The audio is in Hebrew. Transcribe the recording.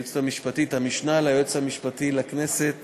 המשנה ליועץ המשפטי לכנסת